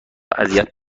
اذیت